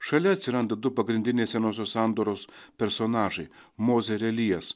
šalia atsiranda du pagrindiniai senosios sandoros personažai mozė ir elijas